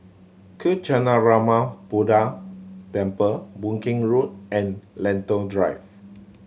Kancanarama Buddha Temple Boon Keng Road and Lentor Drive